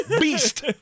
beast